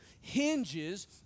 hinges